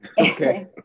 Okay